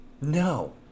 No